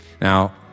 Now